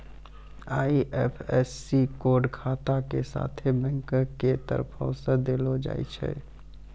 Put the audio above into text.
IFSC code खाता के साथे बैंको के तरफो से देलो जाय छै